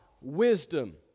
Wisdom